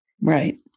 right